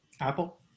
Apple